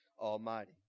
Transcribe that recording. Almighty